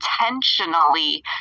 intentionally